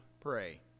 pray